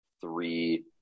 three